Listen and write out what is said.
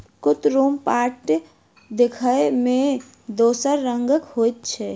कुतरुम पाट देखय मे दोसरे रंगक होइत छै